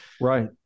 Right